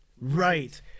Right